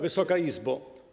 Wysoka Izbo!